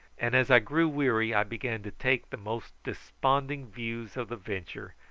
and as i grew weary i began to take the most desponding views of the venture,